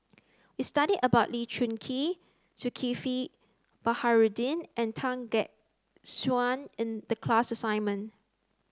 we studied about Lee Choon Kee Zulkifli Baharudin and Tan Gek Suan in the class assignment